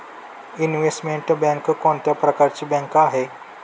Investment bank कोणत्या प्रकारची bank आहे?